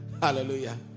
hallelujah